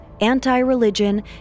anti-religion